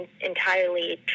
entirely